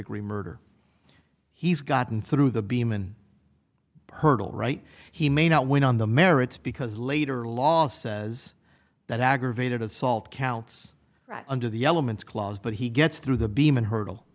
degree murder he's gotten through the beeman hurdle right he may not win on the merits because later law says that aggravated assault counts right under the elements clause but he gets through the beam and hurdle